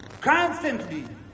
constantly